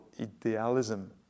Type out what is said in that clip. idealism